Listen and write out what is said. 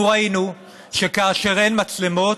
ואנחנו ראינו שכאשר אין מצלמות,